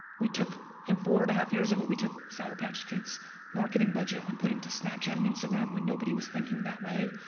we took. and four-and-a-half years ago we took sour patch kids marketing budget and put into snapchat and instagram when nobody was thinking that way,